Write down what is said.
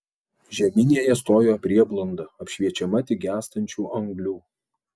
žeminėje stojo prieblanda apšviečiama tik gęstančių anglių